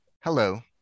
Hello